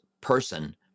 person